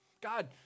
God